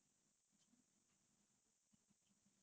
don't know lah eat everything lor